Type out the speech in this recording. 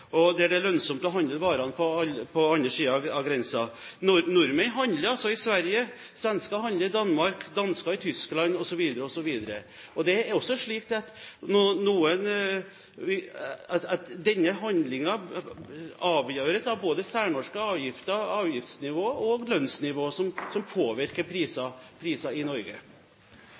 og prisnivå, og der det er lønnsomt å handle varene på den andre siden av grensen. Nordmenn handler altså i Sverige, svenskene handler i Danmark, danskene i Tyskland, osv. osv. Det er også slik at denne handlingen avgjøres av både særnorske avgifter, avgiftsnivå og lønnsnivå, som påvirker prisene i Norge.